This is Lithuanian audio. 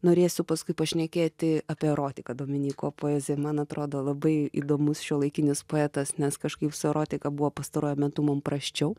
norėsiu paskui pašnekėti apie erotiką dominyko poezijoj man atrodo labai įdomus šiuolaikinis poetas nes kažkaip su erotika buvo pastaruoju metu mum prasčiau